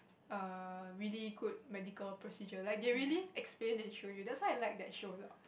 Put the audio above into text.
err really good medical procedure like they really explain and show you that's why I like that show a lot